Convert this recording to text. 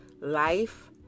Life